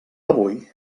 avui